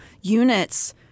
units